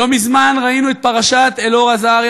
לא מזמן ראינו את פרשת אלאור אזריה,